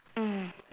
mm